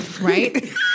right